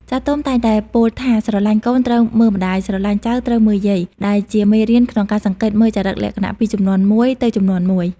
ចាស់ទុំតែងតែពោលថា "ស្រឡាញ់កូនត្រូវមើលម្ដាយ ស្រឡាញ់ចៅត្រូវមើលយាយ" ដែលជាមេរៀនក្នុងការសង្កេតមើលចរិតលក្ខណៈពីជំនាន់មួយទៅជំនាន់មួយ។